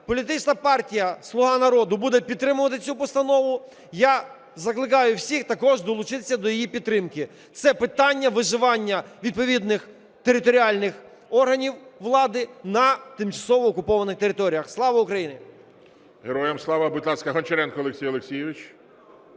Політична партія "Слуга народу" буде підтримувати цю постанову. Я закликаю всіх також долучитися до її підтримки. Це питання виживання відповідних територіальних органів влади на тимчасово окупованих територіях. Слава Україні! ГОЛОВУЮЧИЙ. Героям слава! Будь ласка, Гончаренко Олексій Олексійович.